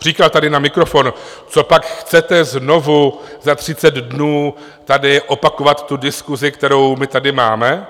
Říkal tady na mikrofon: Copak chcete znovu za 30 dnů tady opakovat tu diskusi, kterou my tady máme?